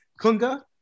Kunga